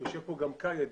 יושב כאן גם כאיד,